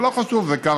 אבל לא חשוב, זה קרה.